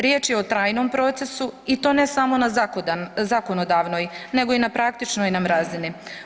Riječ je o trajnom procesu i to ne samo na zakonodavnoj, nego i na praktičnoj nam razini.